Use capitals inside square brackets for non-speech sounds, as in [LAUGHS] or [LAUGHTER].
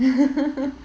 [LAUGHS]